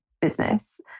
business